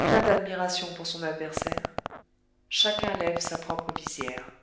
plein d'admiration pour son adversaire chacun lève sa propre visière